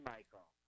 Michael